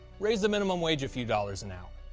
raise the minimum wage a few dollars an hour?